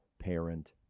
parent